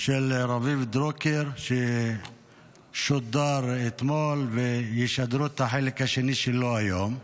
של רביב דרוקר ששודר אתמול וישדרו את החלק השני שלו היום?